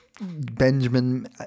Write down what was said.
Benjamin